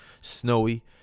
snowy